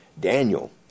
Daniel